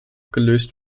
gelöst